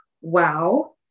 wow